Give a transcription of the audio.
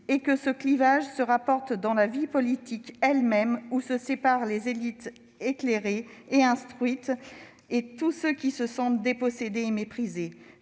que l'on retrouve dans la vie politique elle-même entre les élites éclairées et instruites et tous ceux qui se sentent dépossédés et méprisés.